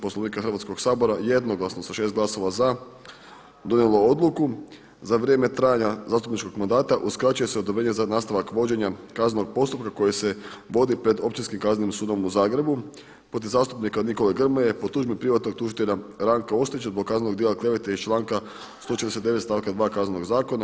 Poslovnika Hrvatskog sabora jednoglasno sa 6 glasova za donijelo odluku za vrijeme trajanja zastupničkog mandata uskraćuje se odobrenje za nastavak vođenja kaznenog postupka koji se vodi pred Općinskim kaznenim sudom u Zagrebu, protiv zastupnika Nikole Grmoje po tužbi privatnog tužitelja Ranka Ostojića zbog kaznenog djela klevete iz članka 149. stavka 2. Kaznenog zakona.